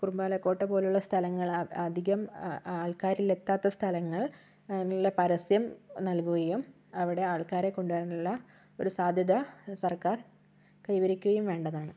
കുറുമ്പാലക്കോട്ടപോലുള്ള സ്ഥലങ്ങള് അധികം ആൾക്കാരിലെത്താത്ത സ്ഥലങ്ങൾ നല്ല പരസ്യം നൽകുകയും അവിടെ ആൾക്കാരെ കൊണ്ടുവരാനുള്ള ഒരു സാധ്യത സർക്കാർ കൈവരിക്കുകയും വേണ്ടതാണ്